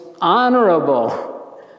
honorable